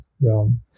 realm